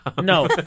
no